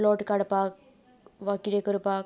plot काडपाक वा कितें करपाक